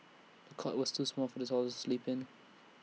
the cot was too small for the toddler to sleep in